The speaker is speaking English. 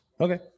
Okay